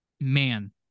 man